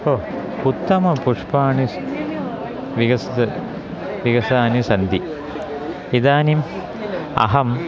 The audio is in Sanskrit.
हो उत्तमपुष्पाणि विकसितं विकसितानि सन्ति इदानीम् अहं